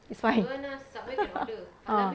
it's fine ah